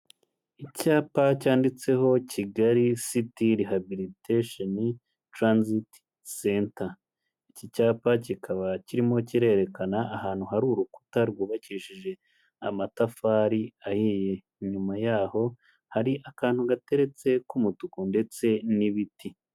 Icyapa cyanditseho Kigali Ciy Rehabilitation Transit Center, iki cyapa kikaba kirimo kirerekana ahantu hari urukuta rwubakishije amatafari ahiye, inyuma yaho hari akantu gateretse k'umutuku ndetse n'ibiti.